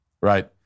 right